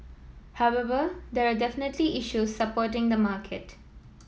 however there are definitely issues supporting the market